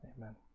Amen